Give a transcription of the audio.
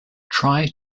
try